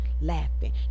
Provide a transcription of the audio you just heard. laughing